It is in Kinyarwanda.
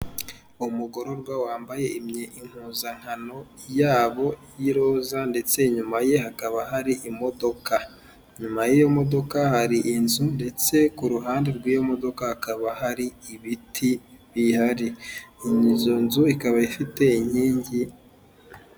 Umugororwa wambaye impuzankano yabo y'iroza ndetse inyuma ye hakaba hari imodoka, inyuma y'iyo modoka hari inzu ndetse ku ruhande rw'iyo modoka hakaba hari ibiti bihari, inzu ikaba ifite inkingi